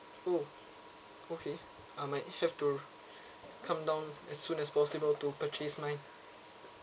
oh okay I might have to come down as soon as possible to purchase mine